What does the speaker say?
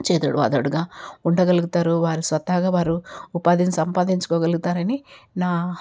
చేదోడువాదోడుగా ఉండగలుగుతారు వారి స్వతహాగా వారు ఉపాధిని సంపాదించుకోగలుగుతారని నా